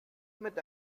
mit